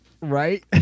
Right